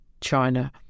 China